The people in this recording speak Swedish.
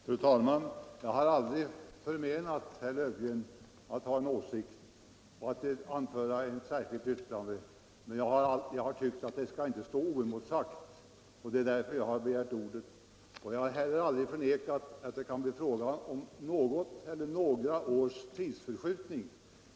Fru talman! Jag har aldrig förmenat herr Löfgren att ha en åsikt och att framföra den i ett särskilt yttrande. Men jag har tyckt att det inte skall stå oemotsagt. Det var därför jag begärde ordet. Jag har heller aldrig förnekat att det i detta fall kan bli fråga om något eller några års tidsförskjutning.